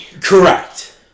Correct